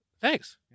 Thanks